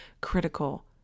critical